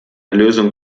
lösung